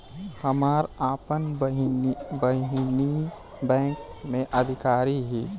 हमार आपन बहिनीई बैक में अधिकारी हिअ